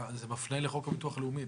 זה מפנה לחוק הביטוח הלאומי.